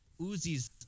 Uzis